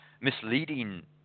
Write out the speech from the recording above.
misleading